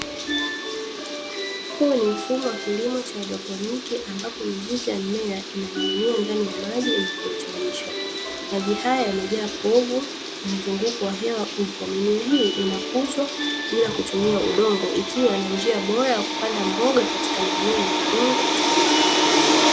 Huu ni mfumo wa kilimo cha "haidroponic", ambapo mzizi wa mmea inaning'inia maji yenye virutubisho. Maji haya yamejaa povu ni mzunguko wa hewa upo. Mimea hii inakuzwa bila kutumia udongo ikiwa na njia bora ya kupanda mboga, katika maeneo ya udongo usiofaa.